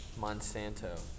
monsanto